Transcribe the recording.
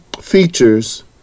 features